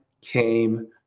came